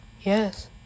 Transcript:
Yes